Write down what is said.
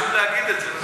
חשוב להגיד את זה.